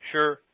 Sure